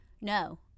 no